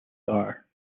are